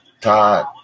Todd